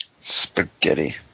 Spaghetti